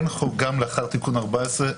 גם לאחר תיקון 14,